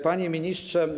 Panie Ministrze!